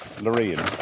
Lorraine